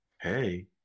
Hey